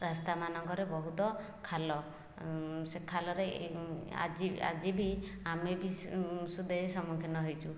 ରାସ୍ତାମାନଙ୍କରେ ବହୁତ ଖାଲ ସେ ଖାଲରେ ଆଜି ଆଜି ବି ଆମେ ବି ସୁଧା ସମ୍ମୁଖୀନ ହୋଇଛୁ